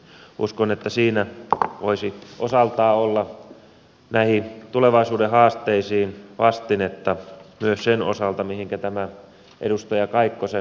uskon että siinä voisi osaltaan olla näihin tulevaisuuden haasteisiin vastinetta myös sen osalta mihinkä tämä edustaja kaikkosen lakialoite pohjautuu